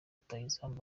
rutahizamu